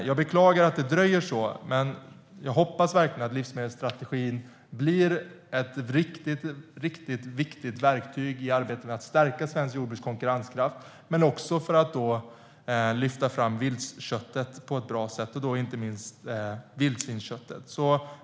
Jag beklagar att det dröjer så, men jag hoppas verkligen att livsmedelsstrategin blir ett riktigt viktigt verktyg i arbetet med att stärka svenskt jordbruks konkurrenskraft men också för att lyfta fram viltköttet på ett bra sätt, och då inte minst vildsvinsköttet.